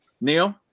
Neil